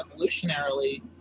evolutionarily